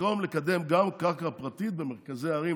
במקום לקדם גם קרקע פרטית במרכזי הערים,